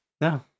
No